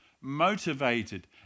motivated